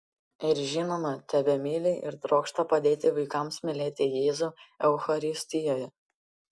ir žinoma tebemyli ir trokšta padėti vaikams mylėti jėzų eucharistijoje